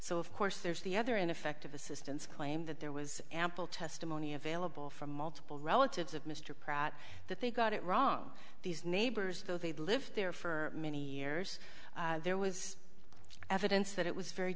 so of course there's the other ineffective assistance claim that there was ample testimony available from multiple relatives of mr pratt that they got it wrong these neighbors though they lived there for many years there was evidence that it was very